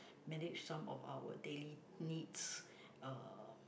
manage some of our daily needs uh